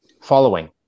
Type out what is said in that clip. following